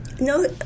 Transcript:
No